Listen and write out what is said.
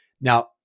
Now